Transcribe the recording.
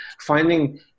finding